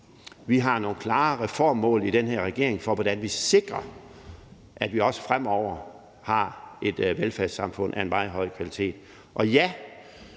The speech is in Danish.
Vi har nogle klare reformmål i den her regering for, hvordan vi sikrer, at vi også fremover har et velfærdssamfund af en meget høj kvalitet.